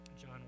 John